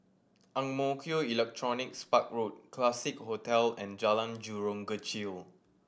Ang Mo Kio Electronics Park Road Classique Hotel and Jalan Jurong Kechil